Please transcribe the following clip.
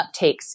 uptakes